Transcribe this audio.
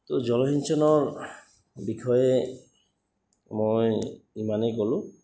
তো জলসিঞ্চনৰ বিষয়ে মই ইমানেই ক'লোঁ